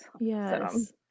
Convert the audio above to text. Yes